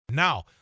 Now